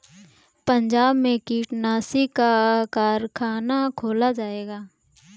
पंजाब में कीटनाशी का कारख़ाना खोला जाएगा